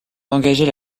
d’engager